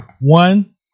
one